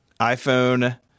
iPhone